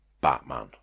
Batman